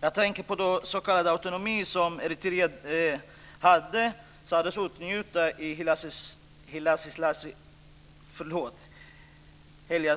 Jag tänker på den s.k. autonomi som Eritrea sades åtnjuta i Haile